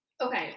Okay